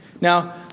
Now